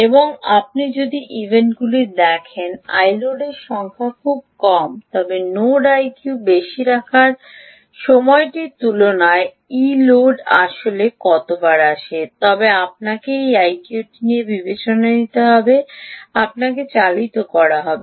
এবং যদি আপনার ইভেন্টগুলি হয় যেখানে iload সংখ্যা খুব কম থাকে তবে নোড আইকিউ বেশি রাখার সময়টির তুলনায় ইলয়েডটি আসলে কতবার আসে তবে আপনাকে এই আইকিউটি বিবেচনায় নিতে হবে আপনাকে চালিত করা হবে